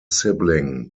sibling